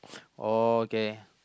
okay